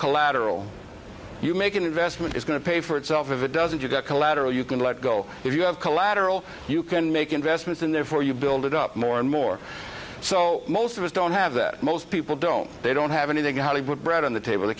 collateral you make an investment is going to pay for itself if it doesn't you've got collateral you can let go if you have collateral you can make investments and therefore you build it up more and more so most of us don't have that most people don't they don't have anything how to put bread on the table they